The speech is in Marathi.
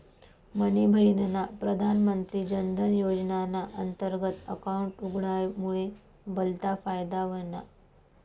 मनी बहिनना प्रधानमंत्री जनधन योजनाना अंतर्गत अकाउंट उघडामुये भलता फायदा व्हयना